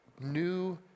New